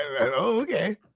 okay